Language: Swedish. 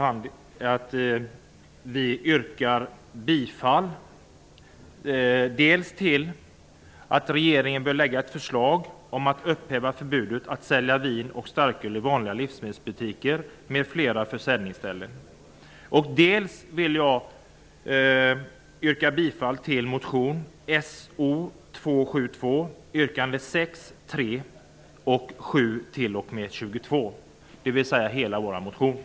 Jag yrkar att regeringen bör lägga förslag om att upphäva förbudet att sälja vin och starköl i vanliga livsmedelsbutiker m.fl. försäljningsställen. Jag vill också yrka bifall till motion So272 yrkande 1993/94:So272 yrkande 1 som sin mening ger regeringen till känna följande: